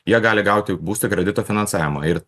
jie gali gauti būsto kredito finansavimą ir